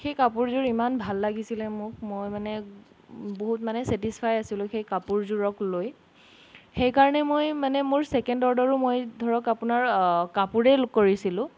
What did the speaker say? সেই কাপোৰযোৰ ইমান ভাল লাগিছিলে মোক মই মানে বহুত মানে চেটিচফাই আছিলোঁ সেই কাপোৰযোৰক লৈ সেইকাৰণে মই মানে মোৰ ছেকেণ্ড অৰ্ডাৰো মই ধৰক আপোনাৰ কাপোৰেই কৰিছিলোঁ